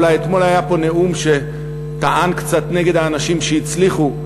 אתמול היה פה נאום שטען כאן קצת נגד האנשים שהצליחו.